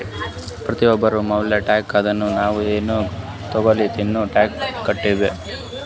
ಪ್ರತಿಯೊಂದ್ರ ಮ್ಯಾಲ ಟ್ಯಾಕ್ಸ್ ಅದಾ, ನಾವ್ ಎನ್ ತಗೊಲ್ಲಿ ತಿನ್ಲಿ ಟ್ಯಾಕ್ಸ್ ಕಟ್ಬೇಕೆ